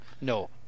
No